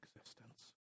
existence